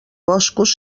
boscos